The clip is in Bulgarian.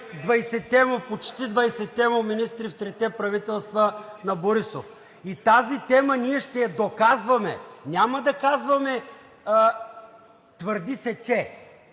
почти 20-те му министри в трите правителства на Борисов и тази тема ние ще я доказваме. Няма да казваме: твърди се, че,